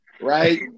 right